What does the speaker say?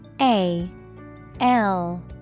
A-L